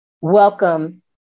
welcome